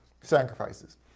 sacrifices